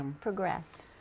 progressed